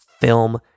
film